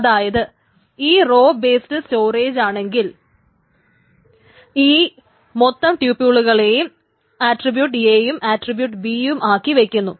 അതായത് ഇത് row based സ്റ്റോറേജാണെങ്കിൽ ഈ മൊത്തം ട്യൂപുൾകളെയും ആട്രിബ്യൂട്ട് A യും ആട്രിബ്യൂട്ട് B യും ആക്കി വയ്ക്കുന്നു